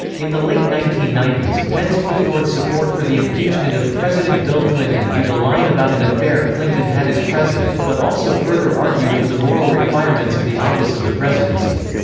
in the late nineteen ninety s, pence put forth support for the impeachment of president bill clinton due to lying about an affair clinton had as president, but also further argued for the moral requirements of the office of the presidency.